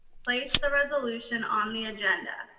place the resolution on the agenda.